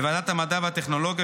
בוועדת המדע והטכנולוגיה,